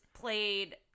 played